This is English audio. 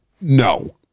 no